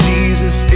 Jesus